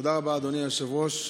תודה רבה, אדוני היושב-ראש.